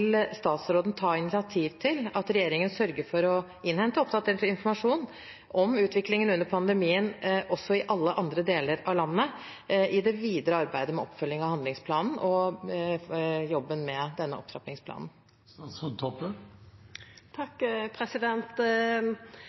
statsråden ta initiativ til at regjeringen sørger for å innhente oppdatert informasjon om utviklingen under pandemien, også i alle andre deler av landet, i det videre arbeidet med oppfølging av handlingsplanen og jobben med denne opptrappingsplanen?